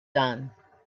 done